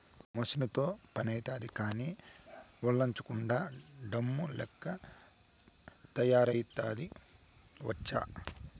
మెసీనుతో పనైతాది కానీ, ఒల్లోంచకుండా డమ్ము లెక్క తయారైతివబ్బా